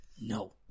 No